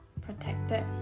protected